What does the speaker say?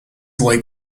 leg